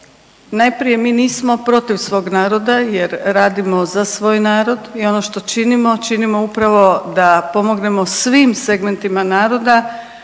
najprije mi nismo protiv svog naroda jer radimo za svoj narod i ono što činimo činimo upravo da pomognemo svim segmentima naroda